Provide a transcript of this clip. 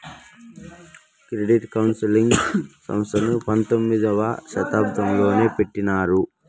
credit counselling సంస్థను పంతొమ్మిదవ శతాబ్దంలోనే పెట్టినారు